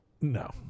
No